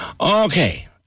Okay